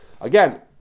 Again